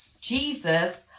Jesus